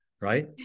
Right